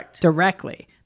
Directly